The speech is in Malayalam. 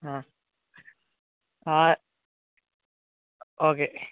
ആ ആ ഓക്കെ